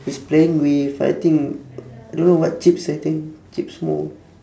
he's playing with I think don't know what chips I think chips more